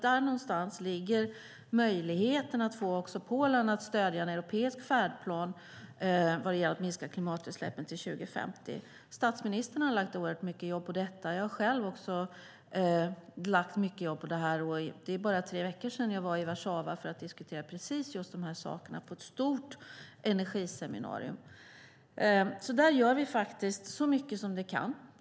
Där någonstans tror jag att möjligheten ligger att få också Polen att stödja en europeisk färdplan vad gäller att minska klimatutsläppen till 2050. Statsministern har lagt oerhört mycket jobb på detta. Jag har själv också lagt mycket jobb på det här, och det är bara tre veckor sedan jag var i Warszawa för att diskutera precis de här sakerna på ett stort energiseminarium. Där gör vi alltså så mycket vi kan.